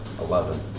Eleven